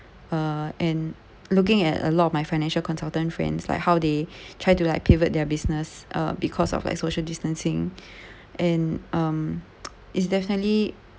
uh and looking at a lot of my financial consultant friends like how they try to like pivot their business uh because of like social distancing and um it's definitely